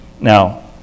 Now